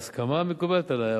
ההסכמה מקובלת עלי.